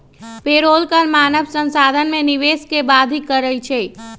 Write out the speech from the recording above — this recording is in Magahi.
पेरोल कर मानव संसाधन में निवेश के बाधित करइ छै